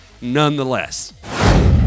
nonetheless